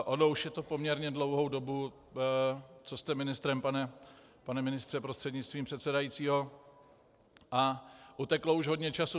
Ono už je to poměrně dlouhou dobu, co jste ministrem, pane ministře prostřednictvím předsedajícího, a uteklo už hodně času.